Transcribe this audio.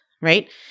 right